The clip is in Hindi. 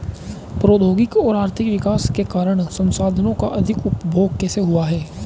प्रौद्योगिक और आर्थिक विकास के कारण संसाधानों का अधिक उपभोग कैसे हुआ है?